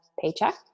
paycheck